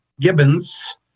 Gibbons